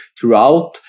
throughout